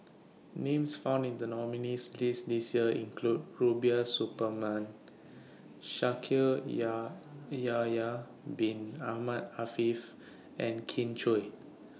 Names found in The nominees' list This Year include Rubiah Suparman Yahya Bin Ahmed Afifi and Kin Chui